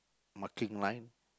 marking line